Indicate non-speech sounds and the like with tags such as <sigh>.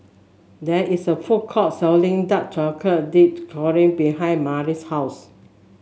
there is a food court selling dark <unintelligible> dip Churro behind Milas' house